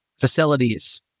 facilities